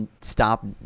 stop